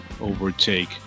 overtake